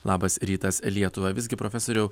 labas rytas lietuva visgi profesoriau